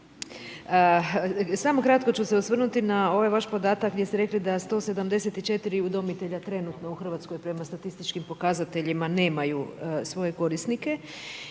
samo kratko ću se osvrnuti na ovaj vaš podatak gdje ste rekli da 174 udomitelja trenutno u Hrvatskoj prema statističkim pokazateljima nemaju svoje korisnike